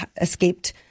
escaped